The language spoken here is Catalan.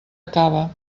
acaba